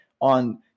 on